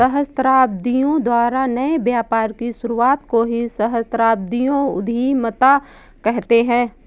सहस्राब्दियों द्वारा नए व्यापार की शुरुआत को ही सहस्राब्दियों उधीमता कहते हैं